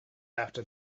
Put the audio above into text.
after